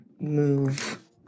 move